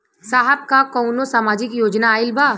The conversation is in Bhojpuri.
साहब का कौनो सामाजिक योजना आईल बा?